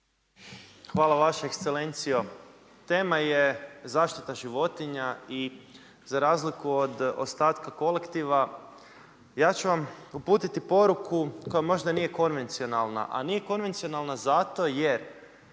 Hvala vaša ekscelencijo. Tema je zaštita životinja i za razliku od ostatka kolektiva, ja ću vam uputiti poruku koja možda nije konvencionalna a nije konvencionalna zato jer